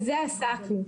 בזה עסקנו.